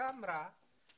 שאמרה השרה,